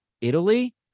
Italy